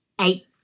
eight